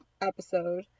episode